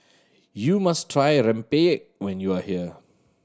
you must try rempeyek when you are here